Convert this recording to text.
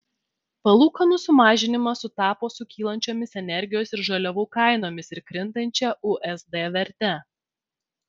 palūkanų sumažinimas sutapo su kylančiomis energijos ir žaliavų kainomis ir krintančia usd verte